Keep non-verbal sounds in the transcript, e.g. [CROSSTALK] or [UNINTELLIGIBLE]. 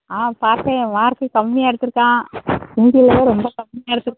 ஆ பார்த்தேன் மார்க்கு கம்மியாக எடுத்திருக்கான் [UNINTELLIGIBLE] ரொம்ப கம்மியாக எடுத்திருக்கான்